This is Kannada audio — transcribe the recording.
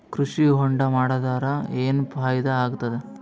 ಕೃಷಿ ಹೊಂಡಾ ಮಾಡದರ ಏನ್ ಫಾಯಿದಾ ಆಗತದ?